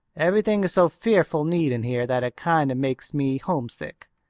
everything is so fearful neat in here that it kind of makes me homesick.